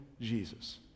Jesus